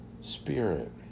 spirit